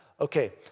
Okay